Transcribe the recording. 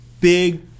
big